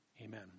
amen